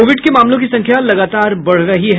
Covid के मामलों की संख्या बढ़ रही है